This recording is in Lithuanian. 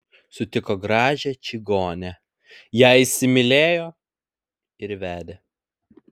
sutiko gražią čigonę ją įsimylėjo ir vedė